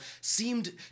seemed